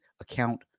Account